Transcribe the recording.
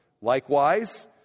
Likewise